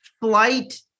flight